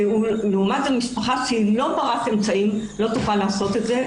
ולעומת זה משפחה שאינה בעלת אמצעים לא תוכל לעשות את זה,